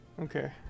Okay